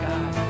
God